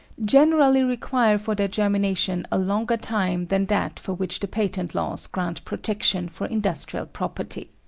generally require for their germination a longer time than that for which the patent laws grant protection for industrial property.